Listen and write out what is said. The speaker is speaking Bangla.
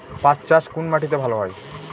পাট চাষ কোন মাটিতে ভালো হয়?